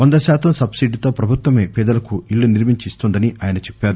వంద శాతం సబ్పిడీతో ప్రభుత్వమే పేదలకు ఇళ్ళు నిర్మించి ఇస్తోందని ఆయన చెప్పారు